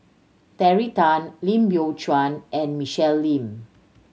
Terry Tan Lim Biow Chuan and Michelle Lim